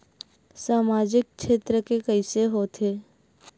सामजिक क्षेत्र के कइसे होथे?